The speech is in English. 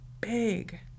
big